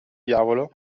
diavolo